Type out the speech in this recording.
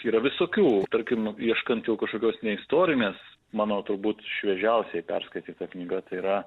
yra visokių tarkim ieškant jau kažkokios ne istorinės mano turbūt šviežiausiai perskaityta knyga tai yra